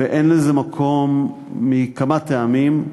אין לזה מקום מכמה טעמים,